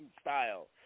style